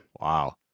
Wow